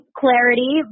clarity